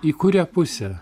į kurią pusę